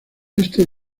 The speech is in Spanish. este